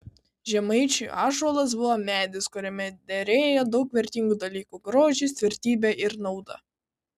žemaičiui ąžuolas buvo medis kuriame derėjo daug vertingų dalykų grožis tvirtybė ir nauda